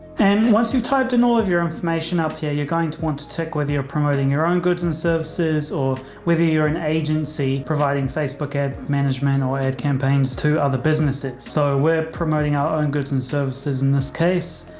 and once you typed in all of your information up here, you're going to want to check whether you're promoting your own goods and services or whether you're an agency providing facebook ad management or ad campaigns to other business. so we're promoting our own goods and services in this case.